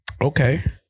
Okay